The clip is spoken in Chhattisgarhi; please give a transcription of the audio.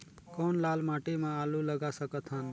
कौन लाल माटी म आलू लगा सकत हन?